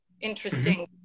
interesting